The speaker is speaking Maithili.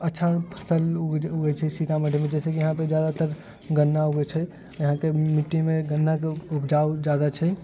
अच्छा से उगैत छै सीतामढ़ीमे जैसे कि यहाँ पे जादातर गन्ना उगैत छै यहाँके मिट्टीमे गन्नाके उपजाउ जादा छै